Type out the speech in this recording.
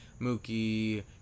Mookie